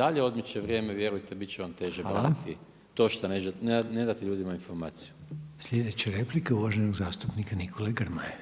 dalje odmiče vrijeme, vjerujte bit će vam teže gledati to šta ne date ljudima informaciju. **Reiner, Željko (HDZ)** Hvala. Slijedeća replika uvaženog zastupnika Nikole Grmoje.